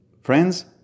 Friends